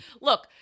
look